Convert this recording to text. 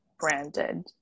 branded